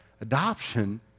Adoption